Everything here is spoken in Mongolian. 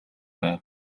байв